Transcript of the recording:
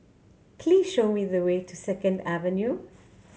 please show me the way to Second Avenue